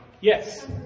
Yes